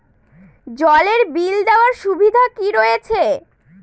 জলের বিল দেওয়ার সুবিধা কি রয়েছে?